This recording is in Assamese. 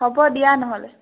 হ'ব দিয়া নহ'লে